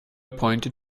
pointed